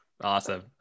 Awesome